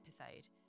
episode